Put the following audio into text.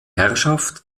herrschaft